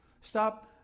Stop